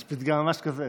יש פתגם ממש כזה?